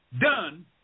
done